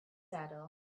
saddle